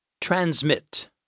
Transmit